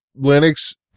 Linux